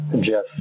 Jeff